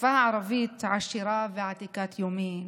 השפה הערבית עשירה ועתיקת יומין.